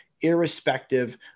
irrespective